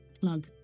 plug